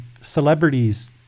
celebrities